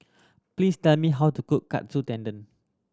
please tell me how to cook Katsu Tendon